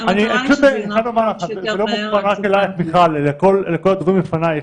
אני חייב לומר לך שזה לא מוכוון רק אלייך אלא לכל הדוברים לפנייך.